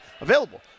available